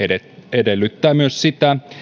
edellyttää myös sitä